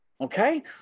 Okay